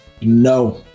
No